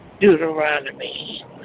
Deuteronomy